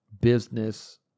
business